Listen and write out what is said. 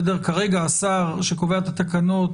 כרגע השר שקובע את התקנות,